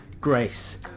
Grace